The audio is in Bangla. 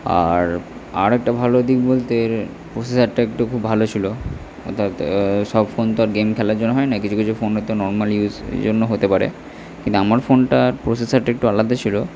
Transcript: আর আর একটা ভালো দিক বলতে এর প্রসেসারটা একটু খুব ভালো ছিল অর্থাৎ সব ফোন তো আর গেম খেলার জন্য হয় না কিছু কিছু ফোনে তো নরমাল ইউসের জন্য হতে পারে কিছু আমার ফোনটার প্রসেসারটা একটু আলাদা ছিল